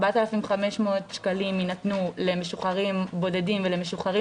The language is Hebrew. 4,500 שקלים יינתנו למשוחררים בודדים ולמשוחררים